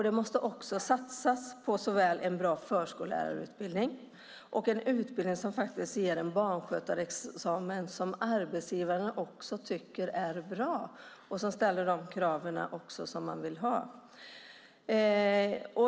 Det måste satsas på såväl en bra förskollärarutbildning som en utbildning som ger en barnskötarexamen som arbetsgivarna också tycker är bra och som uppfyller de krav de har.